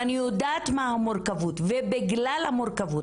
ואני יודעת מה המורכבות ובגלל המורכבות.